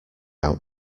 out